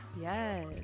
Yes